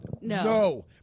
No